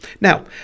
Now